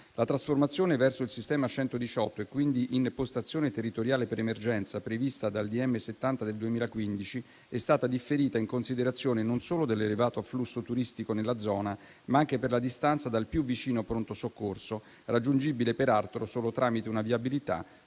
La trasformazione verso il sistema 118, e quindi in postazione territoriale per emergenza, prevista dal decreto ministeriale n. 70 del 2015, è stata differita in considerazione non solo dell'elevato afflusso turistico nella zona, ma anche per la distanza dal più vicino pronto soccorso, raggiungibile peraltro solo tramite una viabilità